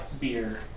beer